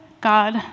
God